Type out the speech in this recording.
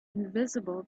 invisible